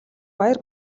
баяр